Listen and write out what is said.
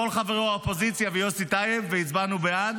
כל חברי האופוזיציה ויוסי טייב, והצבענו בעד.